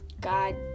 God